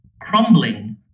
crumbling